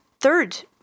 third